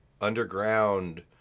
underground